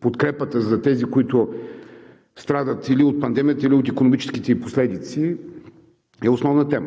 подкрепата за тези, които страдат или от пандемията, или от икономическите ѝ последици, е основна тема.